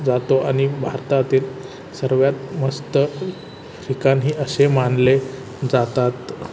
जातो आणि भारतातील सर्वांत मस्त ठिकाणही असे मानले जातात